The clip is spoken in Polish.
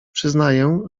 przyznaję